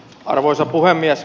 arvoisa puhemies